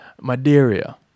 Madeira